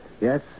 Yes